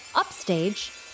Upstage